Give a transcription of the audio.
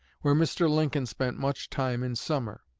where mr. lincoln spent much time in summer.